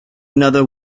another